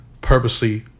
purposely